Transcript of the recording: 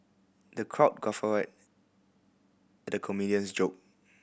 the crowd guffawed at the comedian's joke